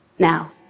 Now